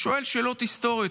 שואל שאלות היסטוריות.